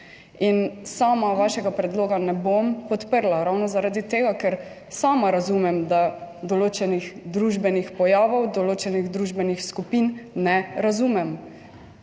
In sama vašega predloga ne bom podprla ravno zaradi tega, ker sama razumem, da določenih družbenih pojavov, določenih družbenih skupin ne razumem,